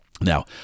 Now